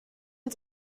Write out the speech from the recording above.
uns